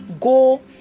Go